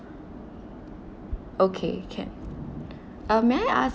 okay can uh may I ask